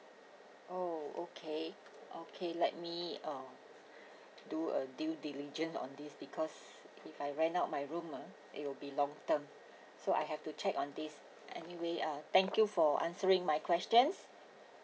oh okay okay let me uh do a due diligence on this because if I rent out my room ah it will be long term so I have to check on this anyway uh thank you for answering my questions